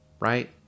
right